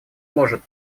может